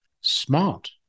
Smart